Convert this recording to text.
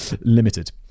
Limited